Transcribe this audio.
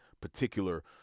particular